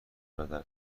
بدل